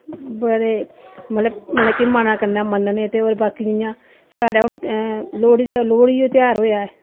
बड़े मतलब मतलब कि मनै कन्नै मन्नने ते और बाकी जि'यां साढ़े हून लोह्ड़ी दा लोह्ड़ी दा तेहार होआ ऐ